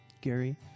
Gary